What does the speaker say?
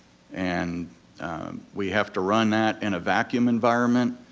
and we have to run that in a vacuum environment.